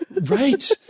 right